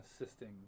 assisting